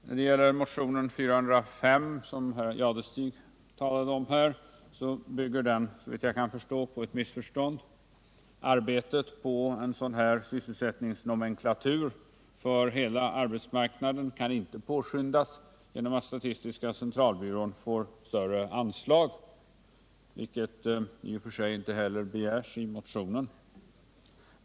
När det gäller motionen 405, som herr Jadestig talade om, bygger den såvitt jag kan förstå på ett missförstånd. Arbetet på en sysselsättningsnomenklatur för hela arbetsmarknaden kan inte påskyndas genom att statistiska centralbyrån får större anslag, vilket i och för sig inte heller begärs i motionen.